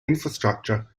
infrastructure